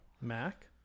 mac